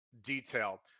detail